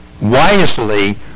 wisely